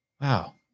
Wow